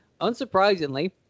unsurprisingly